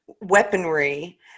weaponry